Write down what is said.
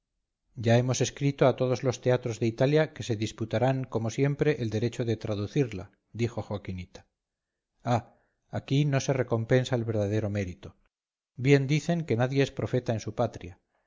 ya hemos escrito a todos los teatros de italia que se disputarán como siempre el derecho de traducirla dijo joaquinita ah aquí no se recompensa el verdadero mérito bien dicen que nadie es profeta en su patria